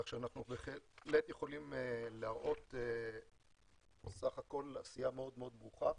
כך שאנחנו בהחלט יכולים להראות בסך הכול עשייה מאוד מאוד ברוכה.